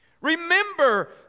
Remember